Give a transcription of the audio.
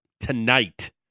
tonight